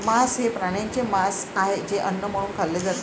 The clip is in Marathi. मांस हे प्राण्यांचे मांस आहे जे अन्न म्हणून खाल्ले जाते